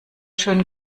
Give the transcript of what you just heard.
schön